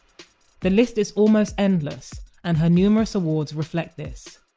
the list is almost endless, and her numerous awards reflect this.